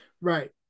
Right